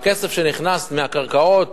הכסף שנכנס מהקרקעות